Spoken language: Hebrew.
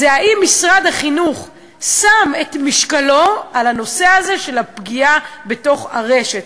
היא: האם משרד החינוך שם את משקלו בנושא הזה של הפגיעה בתוך הרשת?